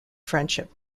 friendship